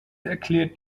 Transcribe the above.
erklärt